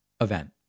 event